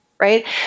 Right